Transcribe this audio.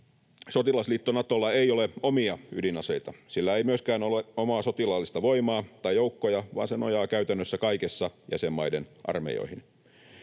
sotilasliitto Natolla ei ole omia ydinaseita. Sillä ei myöskään ole omaa sotilaallista voimaa tai joukkoja, vaan se nojaa käytännössä kaikessa jäsenmaiden armeijoihin.